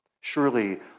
Surely